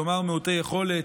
כלומר מעוטי יכולת,